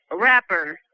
Rapper